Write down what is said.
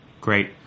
Great